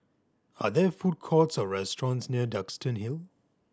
are there food courts or restaurants near Duxton Hill